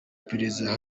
iperereza